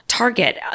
target